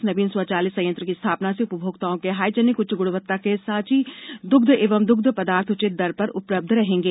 इस नवीन स्वचालित संयंत्र की स्थापना से उपभोक्ताओं को हाइजेनिक उच्च ग्णवत्ता के सांची दुग्ध एवं दुग्ध पदार्थ उचित दर पर उपलब्ध रहेंगे